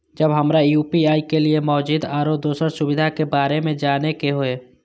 जब हमरा यू.पी.आई के लिये मौजूद आरो दोसर सुविधा के बारे में जाने के होय?